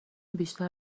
بیشتر